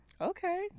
okay